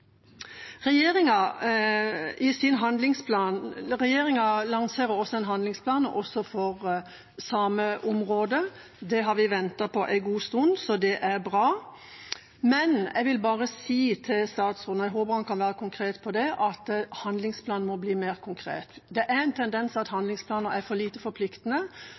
Regjeringa lanserer også en handlingsplan for sameområdet. Det har vi ventet på en god stund, så det er bra. Men jeg vil bare si til statsråden – jeg håper han kan være konkret på det – at handlingsplanen må bli mer konkret. Det er en tendens til at handlingsplaner er for lite forpliktende,